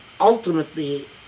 ultimately